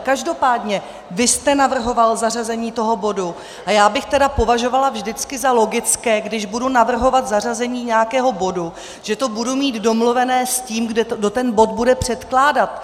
Každopádně vy jste navrhoval zařazení toho bodu a já bych tedy považovala vždycky za logické, když budu navrhovat zařazení nějakého bodu, že to budu mít domluvené s tím, kdo ten bod bude předkládat.